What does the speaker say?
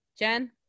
Jen